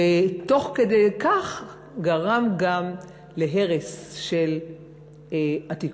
ותוך כדי כך גרם גם להרס של עתיקות.